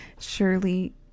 Surely